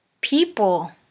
people